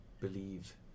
believe